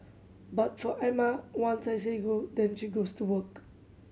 but for Emma once I say go then she goes to work